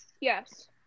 Yes